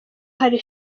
hari